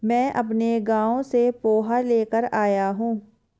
मैं अपने गांव से पोहा लेकर आया हूं